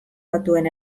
batuen